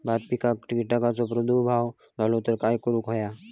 भात पिकांक कीटकांचो प्रादुर्भाव झालो तर काय करूक होया?